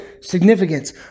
significance